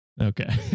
Okay